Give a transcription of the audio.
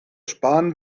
sparen